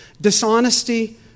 dishonesty